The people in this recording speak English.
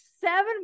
seven